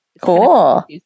Cool